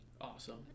awesome